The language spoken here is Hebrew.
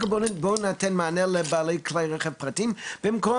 כל בואו ניתן מענה לבעלי כלי רכב פרטיים וזאת במקום